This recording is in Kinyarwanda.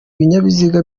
binyabiziga